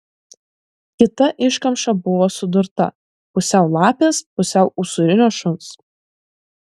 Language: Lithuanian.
kita iškamša buvo sudurta pusiau lapės pusiau usūrinio šuns